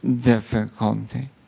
difficulty